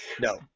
No